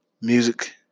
Music